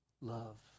love